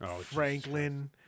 Franklin